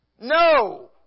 No